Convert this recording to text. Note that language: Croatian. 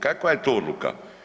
Kakva je to odluka?